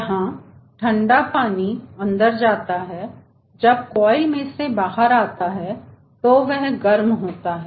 यहां ठंडा पानी अंदर जाता है और जब कोएल में से बाहर आता है तो वह गर्म होता है